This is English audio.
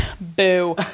Boo